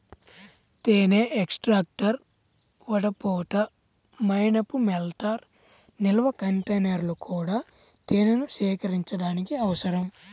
తేనె ఎక్స్ట్రాక్టర్, వడపోత, మైనపు మెల్టర్, నిల్వ కంటైనర్లు కూడా తేనెను సేకరించడానికి అవసరం